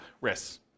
risks